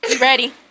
ready